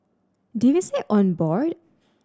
did we say on board